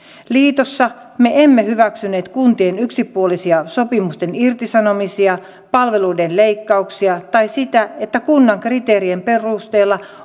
liitossa me emme hyväksyneet kuntien yksipuolisia sopimusten irtisanomisia palveluiden leikkauksia tai sitä että kunnan kriteerien perusteella